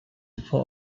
for